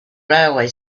railway